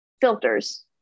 filters